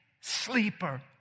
sleeper